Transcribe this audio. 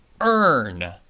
earn